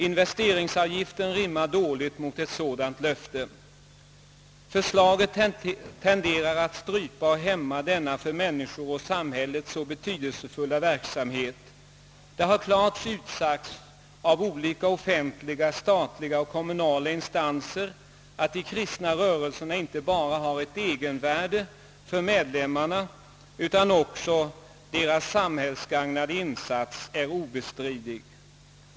Investeringsavgiften rimmar dåligt med ett sådant löfte. Förslaget tenderar att hämma och strypa denna för människor och samhälle så betydelsefulla verksamhet. Det har klart utsagts av olika statliga och kommunala instanser att de kristna rörelserna inte bara har ett egenvärde för medlemmarna utan också gör en obestridlig samhällsgagnande insats.